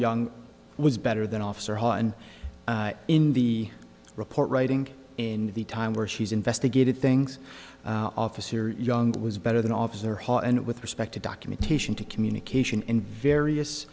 young was better than officer hall and in the report writing in the time where she's investigated things officer young was better than officer hall and with respect to documentation to communication in various